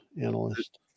analyst